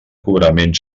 cobrament